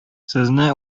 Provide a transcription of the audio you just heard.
сезне